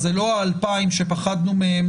וזה לא ה-2,000 שפחדנו מהם,